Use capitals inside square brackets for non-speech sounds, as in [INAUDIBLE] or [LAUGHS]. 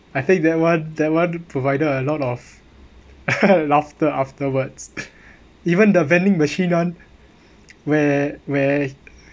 I think that one that one provided a lot of [LAUGHS] laughter afterwards even the vending machine [one] where where